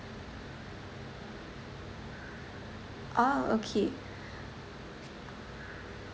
ah okay